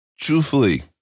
truthfully